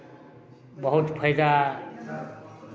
बहुत फाइदा